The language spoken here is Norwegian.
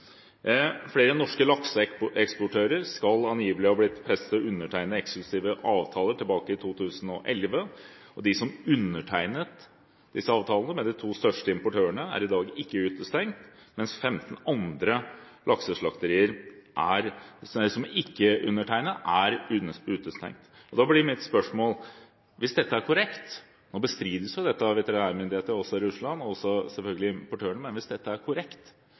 Flere norske lakseeksportører skal angivelig ha blitt presset til å undertegne eksklusive avtaler tilbake i 2011. De som undertegnet disse avtalene med de to største importørene, er i dag ikke utestengt, mens 15 andre lakseslakterier som ikke undertegnet, er utestengt. Da blir mitt spørsmål: Hvis dette er korrekt – nå bestrides jo dette av veterinærmyndigheter også i Russland og selvfølgelig importørene – holder det da med møtevirksomhet mellom Mattilsynet og den russiske veterinærtjenesten? Er ikke dette et mye større problem? Vi er